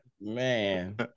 Man